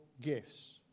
gifts